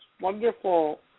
wonderful